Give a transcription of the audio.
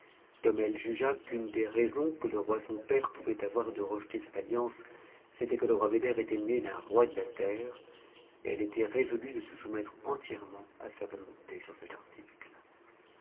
comme elle jugea qu'une des raisons que le roi son père pouvait avoir de rejeter cette alliance c'était que le roi beder était né d'un roi de la terre elle était résolue de se soumettre entièrement à sa volonté sur cet article